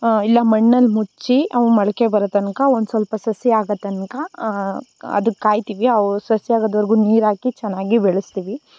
ಇಲ್ಲ ಮಣ್ಣಲ್ಲಿ ಮುಚ್ಚಿ ಅವು ಮೊಳ್ಕೆ ಬರೊತನಕ ಒಂದು ಸ್ವಲ್ಪ ಸಸಿ ಆಗೋ ತನಕ ಅದಕ್ಕೆ ಕಾಯ್ತೀವಿ ಅವು ಸಸಿ ಆಗೊದ್ವರೆಗೂ ನೀರಾಕಿ ಚೆನ್ನಾಗಿ ಬೆಳೆಸ್ತಿವಿ